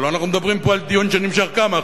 הלוא אנחנו מדברים פה על דיון שנמשך, כמה?